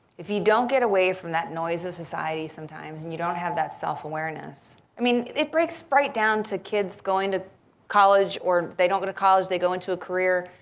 if you don't get away from that noise of society sometimes and you don't have that self-awareness. i mean, it breaks right down to kids going to college or they don't go to college, they go into career.